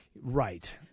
Right